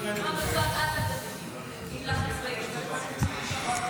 תלחצו בכיוון הזה.